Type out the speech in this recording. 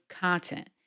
content